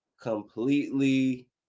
completely